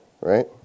Right